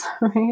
right